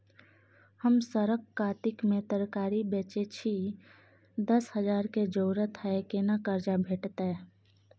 हम सरक कातिक में तरकारी बेचै छी, दस हजार के जरूरत हय केना कर्जा भेटतै?